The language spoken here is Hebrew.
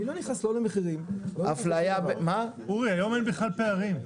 אני לא נכנס למחירים היום אין בכלל פערים.